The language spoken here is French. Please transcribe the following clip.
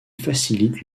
facilite